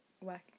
work